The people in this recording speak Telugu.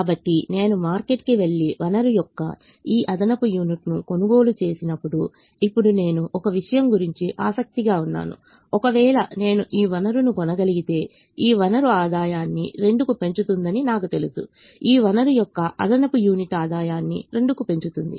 కాబట్టి నేను మార్కెట్కి వెళ్లి వనరు యొక్క ఈ అదనపు యూనిట్ను కొనుగోలు చేసినప్పుడు ఇప్పుడు నేను ఒక విషయం గురించి ఆసక్తిగా ఉన్నాను ఒకవేళ నేను ఈ వనరును కొనగలిగితే ఈ వనరు ఆదాయాన్ని 2 కు పెంచుతుందని నాకు తెలుసు ఈ వనరు యొక్క అదనపు యూనిట్ ఆదాయాన్ని 2 కు పెంచుతుంది